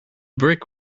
brick